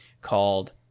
called